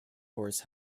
horace